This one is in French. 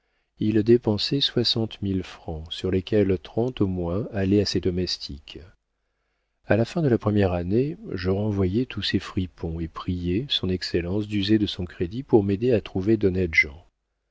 il dépensait soixante mille francs sur lesquels trente au moins allaient à ses domestiques a la fin de la première année je renvoyai tous ces fripons et priai son excellence d'user de son crédit pour m'aider à trouver d'honnêtes gens